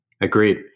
agreed